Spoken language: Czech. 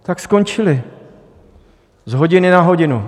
Tak skončili z hodiny na hodinu.